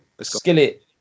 Skillet